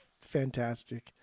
fantastic